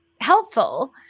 helpful